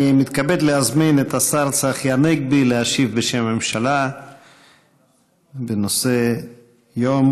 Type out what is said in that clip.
אני מתכבד להזמין את השר צחי הנגבי להשיב בשם הממשלה בנושא יום